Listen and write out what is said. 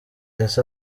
ese